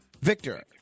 Victor